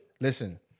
Listen